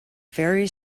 very